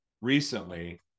recently